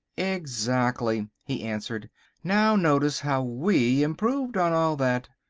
exactly, he answered now notice how we improved on all that.